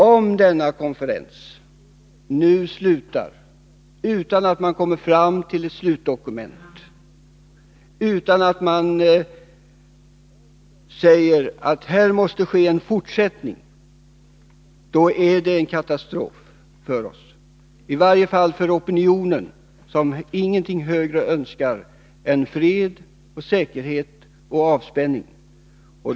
Om konferensen slutar utan att man kommer fram till ett slutdokument och utan att man enats om en fortsättning, är det en katastrof i varje fall för den opinion som inget högre önskar än fred, säkerhet och avspänning.